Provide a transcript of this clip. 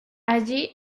allí